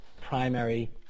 primary